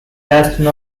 western